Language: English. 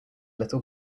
little